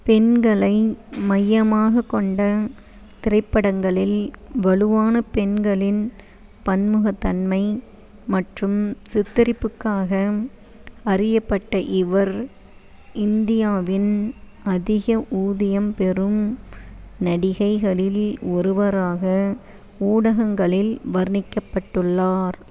பெண்களை மையமாகக் கொண்ட திரைப்படங்களில் வலுவான பெண்களின் பன்முகத்தன்மை மற்றும் சித்தரிப்புக்காக அறியப்பட்ட இவர் இந்தியாவின் அதிக ஊதியம் பெறும் நடிகைகளில் ஒருவராக ஊடகங்களில் வர்ணிக்கப்பட்டுள்ளார்